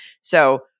So-